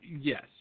Yes